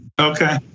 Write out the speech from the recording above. Okay